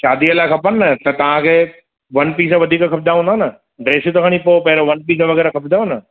शादीअ लाइ खपनि न त तव्हां खे वन पीस वधीक खपंदा हूंदा न ड्रेसियूं त खणी पोइ पहिरें वन पीस वग़ैरह खपंदव न